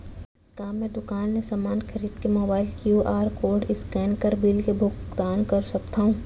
का मैं दुकान ले समान खरीद के मोबाइल क्यू.आर कोड स्कैन कर बिल के भुगतान कर सकथव?